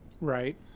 Right